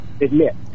admit